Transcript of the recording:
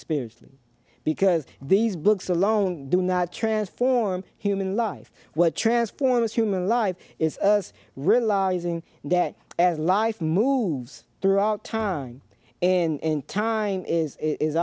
spiritually because these books alone do not transform human life what transforms human life is realizing that as life moves throughout time and time is is